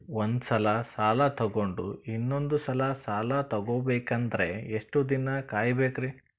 ಒಂದ್ಸಲ ಸಾಲ ತಗೊಂಡು ಇನ್ನೊಂದ್ ಸಲ ಸಾಲ ತಗೊಬೇಕಂದ್ರೆ ಎಷ್ಟ್ ದಿನ ಕಾಯ್ಬೇಕ್ರಿ?